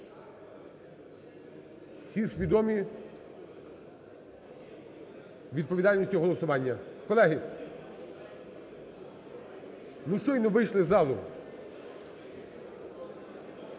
всі свідомі відповідальністю голосування. Колеги, ну щойно вийшли із залу.